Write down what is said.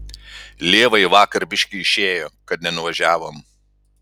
lievai vakar biškį išėjo kad nenuvažiavom